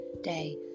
day